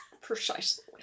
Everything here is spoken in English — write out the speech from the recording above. Precisely